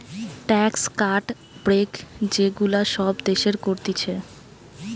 tax cut, break যে গুলা সব দেশের করতিছে